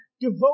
devote